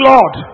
Lord